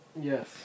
Yes